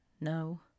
No